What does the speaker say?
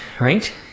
right